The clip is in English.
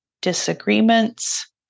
disagreements